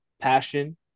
passion